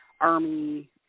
army